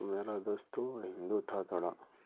تو میرا دوست تو وہ ہندو تھا تھوڑا